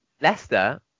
Leicester